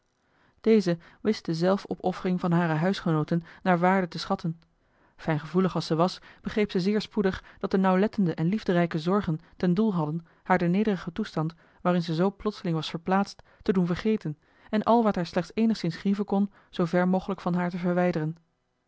deze wist de zelfopoffering van hare huisgenooten naar waarde te schatten fijngevoelig als ze was begreep ze zeer spoedig dat eli heimans willem roda de nauwlettende en liefderijke zorgen ten doel hadden haar den nederigen toestand waarin ze zoo plotseling was verplaatst te doen vergeten en al wat haar slechts eenigszins grieven kon zoover mogelijk van haar te verwijderen